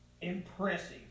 Impressive